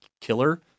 killer